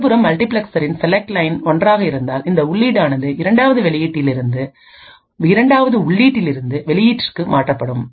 மறுபுறம் மல்டிபிளெக்சரின் select line ஒன்றாக ஆக இருந்தால் இந்த உள்ளீடான 2 வது உள்ளீட்டிலிருந்து வெளியீட்டிற்கு மாறப்படும்